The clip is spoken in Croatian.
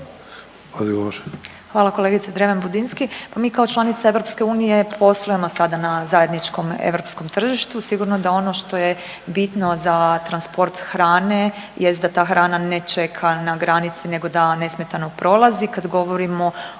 Hvala kolegice Dreven Budinski, pa mi kao članica EU poslujemo sada na zajedničkom europskom tržištu. Sigurno da ono što je bitno za transport hrane jest da ta hrana ne čeka na granici nego da nesmetano prolazi.